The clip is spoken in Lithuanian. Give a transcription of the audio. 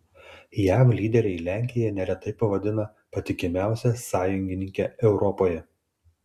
jav lyderiai lenkiją neretai pavadina patikimiausia sąjungininke europoje